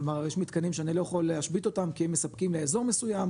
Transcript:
כלומר יש מתקנים שאני לא יכול להשבית אותם כי הם מספקים לאזור מסוים,